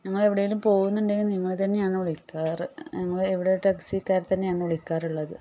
ഞങ്ങൾ എവിടെങ്കിലും പോകുന്നുണ്ടെങ്കിൽ നിങ്ങളെ തന്നെയാണ് വിളിക്കാറ് ഞങ്ങൾ ഇവിടെ ടാക്സിക്കാർ തന്നെയാണ് വിളിക്കാറുള്ളത്